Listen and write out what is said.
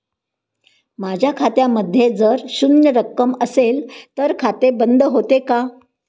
माझ्या खात्यामध्ये जर शून्य रक्कम असेल तर खाते बंद होते का?